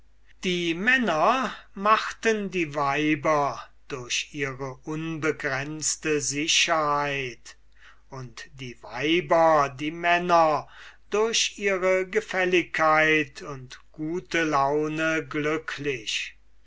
die männer machten die weiber durch ihre unbegrenzte sicherheit und die weiber die männer durch ihre gefälligkeit und gute laune glücklich